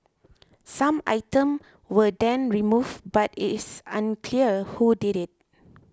some items were then removed but it is unclear who did it